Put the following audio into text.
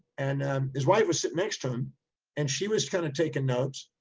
and his wife was sitting next, him and she was kind of taking notes.